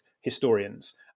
historians